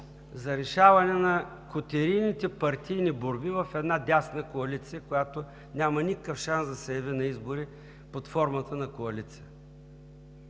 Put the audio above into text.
за решаване на котерийните партийни борби в една дясна коалиция, която няма никакъв шанс да се яви на избори под формата на коалиция,